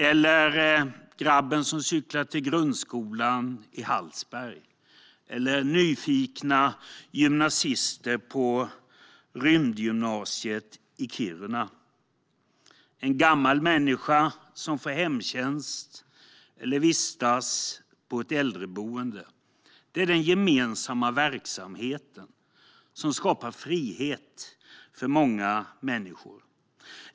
En dag börjar med att en grabb cyklar till grundskolan i Hallsberg. En dag börjar med nyfikna gymnasister på Rymdgymnasiet i Kiruna. En dag börjar med att en gammal människa får hemtjänst eller vistas på ett äldreboende. Det är den gemensamma verksamheten som skapar frihet för många människor.